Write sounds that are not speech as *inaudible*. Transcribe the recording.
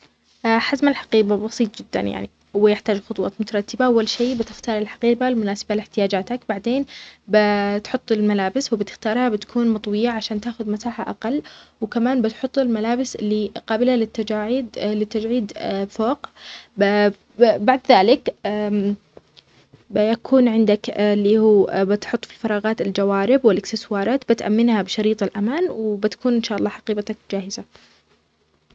حزم الحقيبة بسيط جدا ويحتاج خطوات مترتبة أول شي بتختار الحقيبة المناسبة لحتياجاتك بعدين بتحط الملابس وبتختارها بتكون مطوية عشان تاخد مساحة أقل وكمان بتحط الملابس إللي قابلة للتجعيد فوق، *hesitation* بعد ذلك بيكون عندك إللي هو بتحط في الفراغات الجوارب والإكسسوارات بتأمنها بشريط الأمان وبتكون إن شاء الله حقيبتك جاهزة.